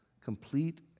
complete